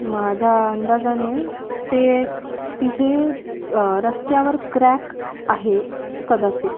माझ्या अंदाजाने ते तिथे रस्त्यावर क्रॅक आहे कदाचित